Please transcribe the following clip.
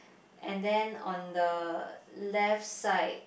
and then on the left side